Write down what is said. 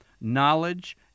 knowledge